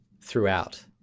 throughout –